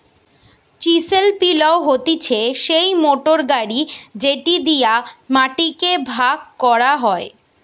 chisel পিলও হতিছে সেই মোটর গাড়ি যেটি দিয়া মাটি কে ভাগ করা হয়